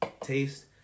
taste